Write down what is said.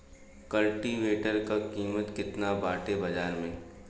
कल्टी वेटर क कीमत केतना बाटे बाजार में?